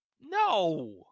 No